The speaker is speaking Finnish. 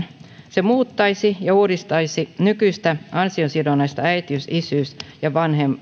se muuttaisi ja uudistaisi nykyistä an siosidonnaista äitiys isyys ja